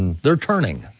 they're turning.